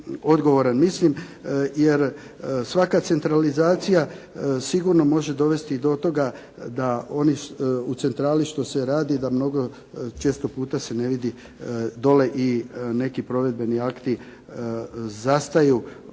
odgovoran. Mislim, jer svaka centralizacija sigurno može dovesti do toga da oni u centrali što se radi da često puta se ne vidi dole i neki provedbeni akti zastaju